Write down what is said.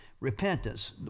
Repentance